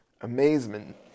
Amazement